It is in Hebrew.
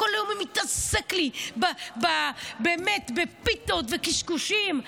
כל היום הוא מתעסק לי באמת בפיתות וקשקושים.